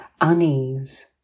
unease